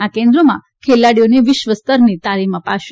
આ કેન્દ્રોમાં ખેલાડીઓને વિશ્વસ્તરની તાલીમ અપાશે